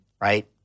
right